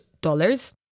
dollars